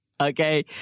Okay